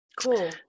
Cool